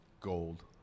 gold